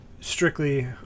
strictly